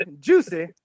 juicy